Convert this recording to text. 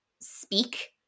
speak